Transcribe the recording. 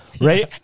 right